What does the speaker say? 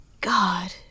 God